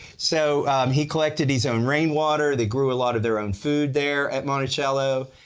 so he collected his own rainwater, they grew a lot of their own food there at monticello,